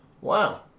wow